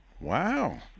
Wow